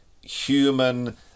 human